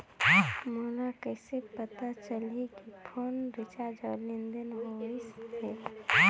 मोला कइसे पता चलही की फोन रिचार्ज और लेनदेन होइस हे?